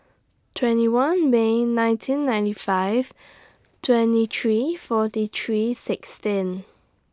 twenty one May nineteen ninety five twenty three forty three sixteen